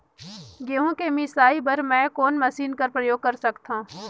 गहूं के मिसाई बर मै कोन मशीन कर प्रयोग कर सकधव?